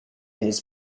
his